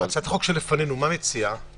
הצעת החוק שלפנינו, מה היא מציעה?